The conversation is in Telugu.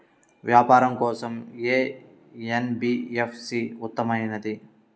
వ్యాపారం కోసం ఏ ఎన్.బీ.ఎఫ్.సి ఉత్తమమైనది?